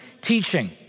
teaching